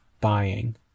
buying